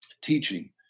teaching